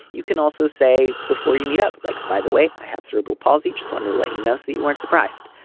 you can also say before you meet up like by the way i have cerebral palsy i just want to let you know so that you weren't surprised.